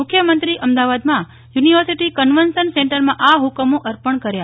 મુખ્યમંત્રી અમદાવાદમાં university convention સેન્ટરમાં આ હુકમો અર્પણ કર્યો